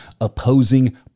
opposing